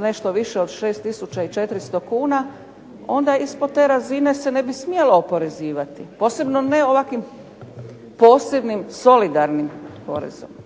nešto više od 6 tisuća i 400 kuna, onda ispod te razine se ne bi smjelo oporezivati, posebno ne ovakvim posebnim solidarnim porezom.